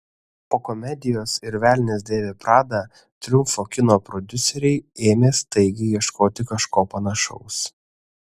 po komedijos ir velnias dėvi pradą triumfo kino prodiuseriai ėmė staigiai ieškoti kažko panašaus